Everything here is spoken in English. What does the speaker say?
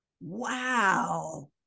Wow